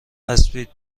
اسبی